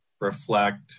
reflect